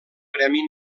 premi